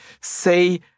say